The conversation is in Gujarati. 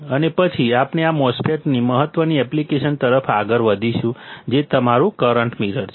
અને પછી આપણે આ MOSFET ની મહત્વની એપ્લિકેશન તરફ આગળ વધીશું જે તમારું કરંટ મિરર છે